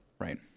Right